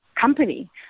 company